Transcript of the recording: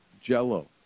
Jello